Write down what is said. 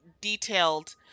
detailed